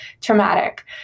traumatic